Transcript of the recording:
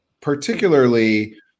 particularly